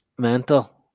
Mental